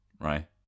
right